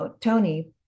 Tony